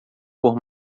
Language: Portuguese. por